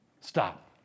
Stop